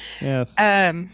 Yes